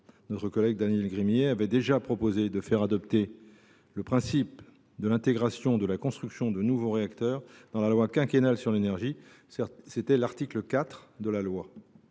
notre collègue Daniel Gremillet avait déjà proposé de faire adopter le principe de l’intégration de la construction des nouveaux réacteurs dans la loi quinquennale sur l’énergie. C’était l’article 4 de la loi.